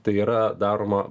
tai yra daroma